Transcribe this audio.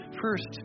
First